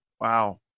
wow